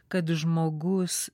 kad žmogus